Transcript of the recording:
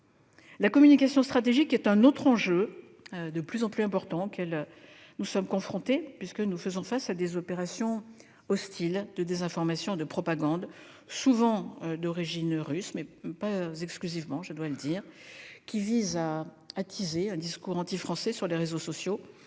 La communication stratégique est un autre enjeu, de plus en plus important alors que nous sommes confrontés à des opérations hostiles de désinformation et de propagande, souvent d'origine russe, mais pas exclusivement, qui visent à attiser les discours antifrançais sur les réseaux sociaux,